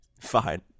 Fine